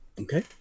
Okay